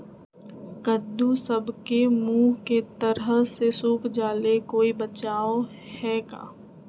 कददु सब के मुँह के तरह से सुख जाले कोई बचाव है का?